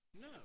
no